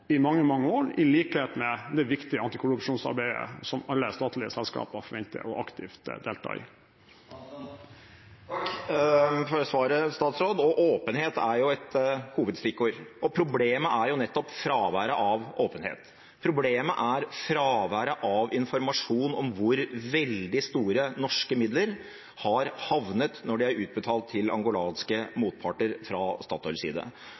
i mange år, i likhet med det viktige antikorrupsjonsarbeidet som alle statlige selskaper forventes å delta aktivt i. Takk for svaret. «Åpenhet» er et hovedstikkord. Problemet er nettopp fraværet av åpenhet. Problemet er fraværet av informasjon om hvor veldig store norske midler har havnet når de fra Statoils side er utbetalt til